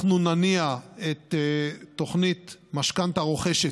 אנחנו נניע את תוכנית "משכנתה רוכשת",